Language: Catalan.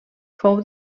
fou